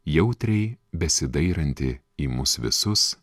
jautriai besidairantį į mus visus